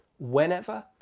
whenever,